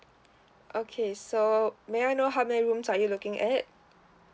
okay so may I know how many rooms are you looking at